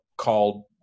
Called